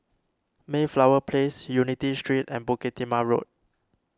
Mayflower Place Unity Street and Bukit Timah Road